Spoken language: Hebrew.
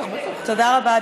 תודה רבה,